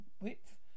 width